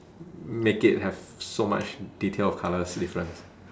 make it have so much detail of colours difference